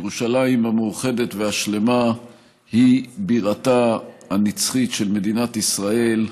ירושלים המאוחדת והשלמה היא בירתה הנצחית של מדינת ישראל,